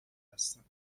هستم